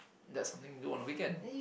that's something to do on a weekend